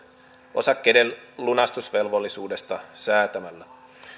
osakkeiden lunastusvelvollisuudesta säätämällä